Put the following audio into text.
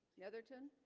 netherton